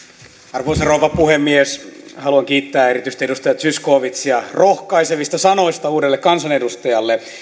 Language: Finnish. arvoisa rouva puhemies haluan kiittää erityisesti edustaja zyskowiczia rohkaisevista sanoista uudelle kansanedustajalle